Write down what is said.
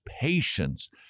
patience